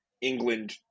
England